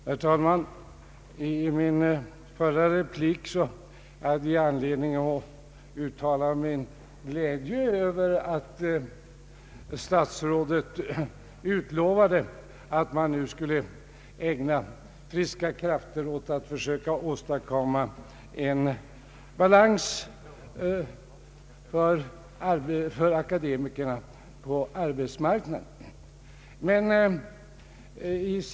Herr talman! I min förra replik hade jag anledning att uttala min glädje över att statsrådet utlovade att man nu skulle ägna friska krafter åt att försöka åstadkomma balans för akademikerna på arbetsmarknaden.